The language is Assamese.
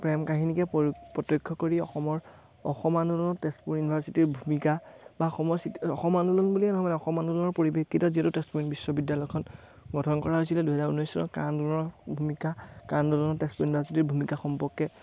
প্ৰেম কাহিনীকে প্ৰত্যক্ষ কৰি অসমৰ অসম আনোলনত তেজপুৰ ইউনিভাৰ্চিটিৰ ভূমিকা বা অসমৰ অসম আনোলন বুলিয়েই নহয় অসম আনোলনৰ পৰিৱেশিত যিহেতু তেজপুৰ বিশ্ববিদ্যালয়খন গঠন কৰা হৈছিলে দুহেজাৰ ঊনৈছ চনৰ কা আন্দোলনৰ ভূমিকা কা আন্দোলনত তেজপুৰ ইউনিভাৰ্চিটিৰ ভূমিকা সম্পৰ্কে